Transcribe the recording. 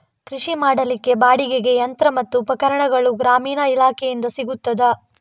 ಕೃಷಿ ಮಾಡಲಿಕ್ಕೆ ಬಾಡಿಗೆಗೆ ಯಂತ್ರ ಮತ್ತು ಉಪಕರಣಗಳು ಗ್ರಾಮೀಣ ಇಲಾಖೆಯಿಂದ ಸಿಗುತ್ತದಾ?